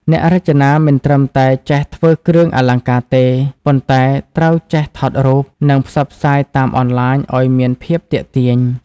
អ្នករចនាមិនត្រឹមតែចេះធ្វើគ្រឿងអលង្ការទេ ប៉ុន្តែត្រូវចេះថតរូប និងផ្សព្វផ្សាយតាមអនឡាញឱ្យមានភាពទាក់ទាញ។